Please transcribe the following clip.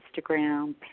Instagram